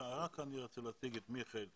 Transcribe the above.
רוצה להציג את מיכאל פרוינד.